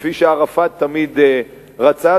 כפי שערפאת תמיד רצה,